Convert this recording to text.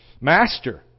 Master